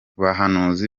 bahanuzi